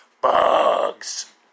bugs